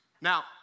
Now